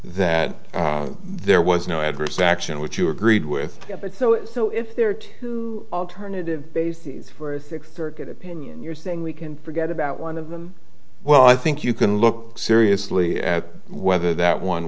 that there was no adverse action which you agreed with but so so if there are two alternative bases for a sixth circuit opinion you're saying we can forget about one of them well i think you can look seriously at whether that one